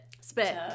Spit